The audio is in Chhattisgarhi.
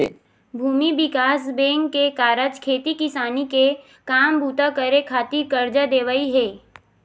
भूमि बिकास बेंक के कारज खेती किसानी के काम बूता करे खातिर करजा देवई हे